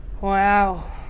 Wow